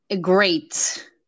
great